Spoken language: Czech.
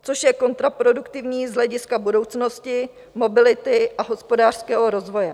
Což je kontraproduktivní z hlediska budoucnosti mobility a hospodářského rozvoje.